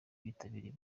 bitabiriye